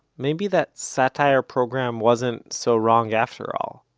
maybe that satire program wasn't so wrong after all.